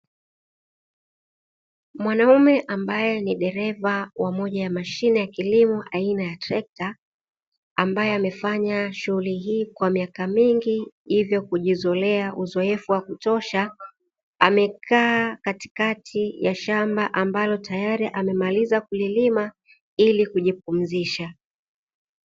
Mwanaume ambaye ni dereva wa moja ya mashine ya kilimo aina ya trekta, ambaye amefanya shughuli hii kwa miaka mingi hivyo kujizolea uzoefu wa kutosha, amekaa katikati ya shamba ambalo tayari amemaliza kulilima ili kijipumzisha.